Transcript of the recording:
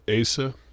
Asa